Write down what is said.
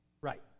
Right